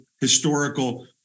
historical